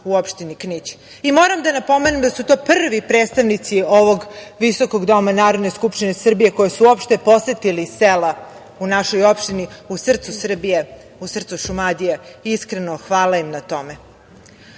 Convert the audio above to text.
u opštini Knić. Moram da napomenem da su to prvi predstavnici ovog visokog doma Narodne skupštine Srbije koji su uopšte posetili sela u našoj opštini, u srcu Srbije, u srcu Šumadije. Iskreno, hvala im na tome. Da